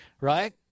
right